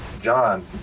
John